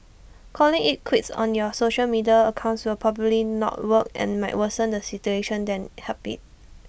calling IT quits on your social media accounts will probably not work and might worsen the situation than help IT